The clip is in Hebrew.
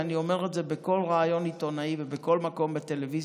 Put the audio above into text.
ואני אומר את זה בכל ריאיון עיתונאי ובכל מקום בטלוויזיה: